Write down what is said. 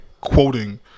quoting